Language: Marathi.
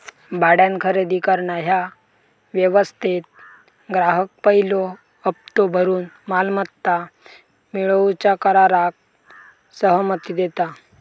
भाड्यान खरेदी करणा ह्या व्यवस्थेत ग्राहक पयलो हप्तो भरून मालमत्ता मिळवूच्या कराराक सहमती देता